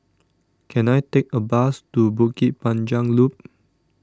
can I take a bus to Bukit Panjang Loop